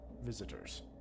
visitors